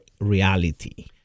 reality